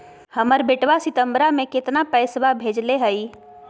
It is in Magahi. हमर बेटवा सितंबरा में कितना पैसवा भेजले हई?